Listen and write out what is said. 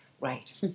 Right